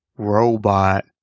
robot